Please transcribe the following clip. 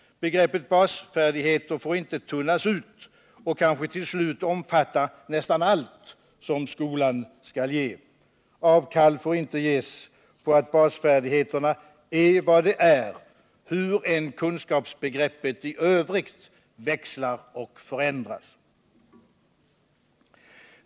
Begreppet basfärdigheter får inte tunnas ut och kanske till slut omfatta nästan allt som skolan skall ge. Avkall får inte ges på att basfärdigheterna är vad de är, hur än kunskapsbegreppet i övrigt växlar och förändras.